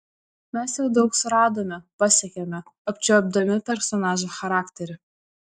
mes jau daug suradome pasiekėme apčiuopdami personažo charakterį